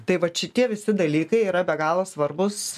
tai vat šitie visi dalykai yra be galo svarbūs